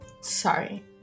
sorry